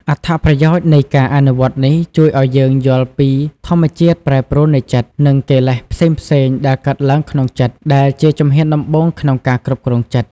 អត្ថប្រយោជន៍នៃការអនុវត្តន៍នេះជួយឲ្យយើងយល់ពីធម្មជាតិប្រែប្រួលនៃចិត្ត និងកិលេសផ្សេងៗដែលកើតឡើងក្នុងចិត្ត ដែលជាជំហានដំបូងក្នុងការគ្រប់គ្រងចិត្ត។